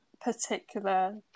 particular